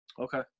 okay